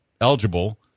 eligible